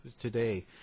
today